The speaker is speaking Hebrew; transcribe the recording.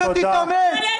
שתתאמץ ----- תודה,